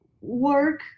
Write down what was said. work